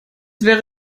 wäre